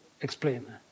explain